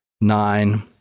Nine